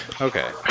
Okay